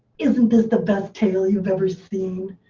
isn't this the best tail you've ever seen?